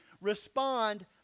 Respond